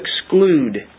exclude